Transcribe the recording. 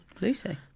Lucy